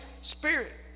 Spirit